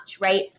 right